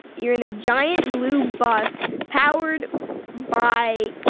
you're in a giant blue bus powered by